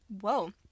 Whoa